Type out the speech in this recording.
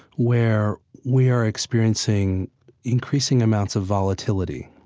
where we are experiencing increasing amounts of volatility.